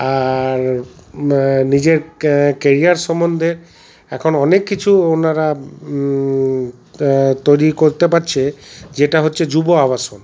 আর নিজের কেরিয়ার সম্বন্ধে এখন অনেক কিছু ওনারা তৈরি করতে পারছে যেটা হচ্ছে যুব আবাসন